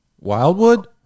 wildwood